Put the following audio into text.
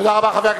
תודה רבה.